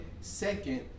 second